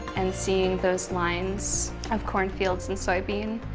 and seeing those lines of cornfields and soybean.